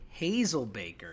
Hazelbaker